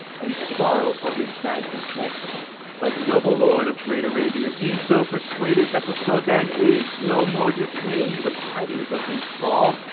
and sorrow for his bad success but, noble lord of great arabia, be so persuaded that the soldan is no more dismay'd with tidings of his fall,